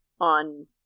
on